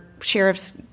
sheriff's